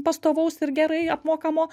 pastovaus ir gerai apmokamo